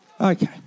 Okay